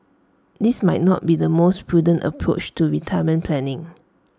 this might not be the most prudent approach to retirement planning